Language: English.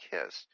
Kiss